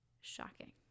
shocking